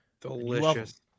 Delicious